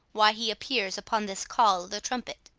why he appears upon this call o' the trumpet.